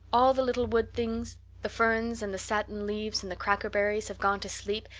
all the little wood things the ferns and the satin leaves and the crackerberries have gone to sleep,